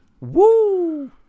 Woo